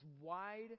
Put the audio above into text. wide